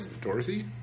Dorothy